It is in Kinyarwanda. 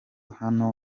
hano